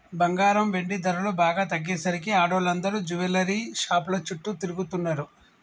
బంగారం, వెండి ధరలు బాగా తగ్గేసరికి ఆడోళ్ళందరూ జువెల్లరీ షాపుల చుట్టూ తిరుగుతున్నరు